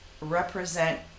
represent